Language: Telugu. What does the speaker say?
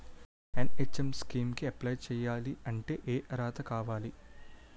ఎన్.హెచ్.ఎం స్కీమ్ కి అప్లై చేయాలి అంటే ఏ అర్హత కావాలి?